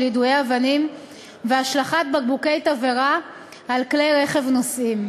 יידויי אבנים והשלכת בקבוקי תבערה על כלי רכב נוסעים.